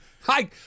Hi